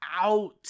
out